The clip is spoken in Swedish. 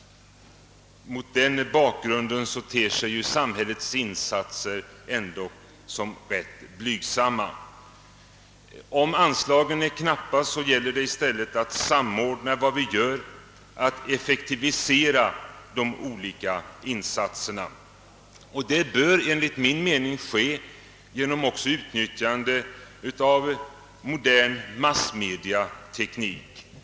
Mot den bakgrunden ter sig ändå samhällets insatser som rätt blygsamma. Om anslagen är knappa, gäller det i stället att samordna och effektivisera de olika insatserna. Det bör enligt min mening ske genom utnyttjande av modern massmediateknik.